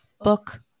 Book